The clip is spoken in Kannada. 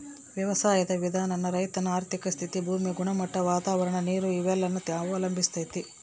ವ್ಯವಸಾಯುದ್ ವಿಧಾನಾನ ರೈತನ ಆರ್ಥಿಕ ಸ್ಥಿತಿ, ಭೂಮಿ ಗುಣಮಟ್ಟ, ವಾತಾವರಣ, ನೀರು ಇವೆಲ್ಲನ ಅವಲಂಬಿಸ್ತತೆ